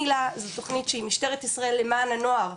מיל"ה זו תוכנית שמשטרת ישראל למען הנוער,